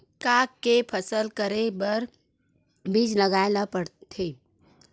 का के फसल करे बर बीज लगाए ला पड़थे?